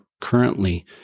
currently